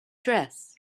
dress